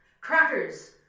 Crackers